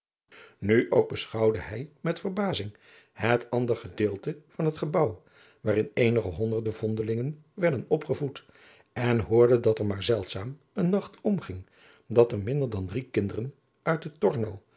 nu ook beschouwde hij met verbazing het ander gedeelte van het gebouw waarin eenige honderde vondelingen werden opgevoed en hoorde dat er maar zeldzaam een nacht omging dat'er minder dan drie kinderen uit de torno